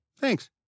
Thanks